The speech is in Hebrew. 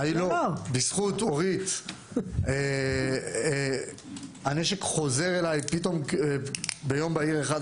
בזכות אורית סטרוק הנשק חוזר אליי פתאום ביום בהיר אחד.